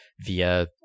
Via